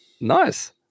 Nice